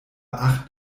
acht